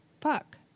Fuck